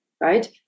right